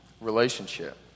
relationship